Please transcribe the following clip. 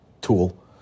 tool